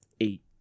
eight